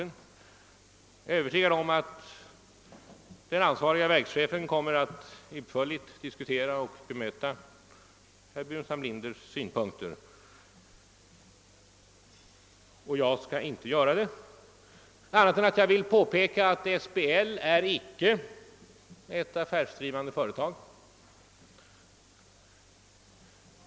Jag är emellertid övertygad om att den ansvarige verkschefen kommer att utförligt diskutera och bemöta herr Burenstam Linders synpunkter, och jag skall inte göra det på annat sätt än att jag vill påpeka, att SBL icke är ett affärsdrivande företag.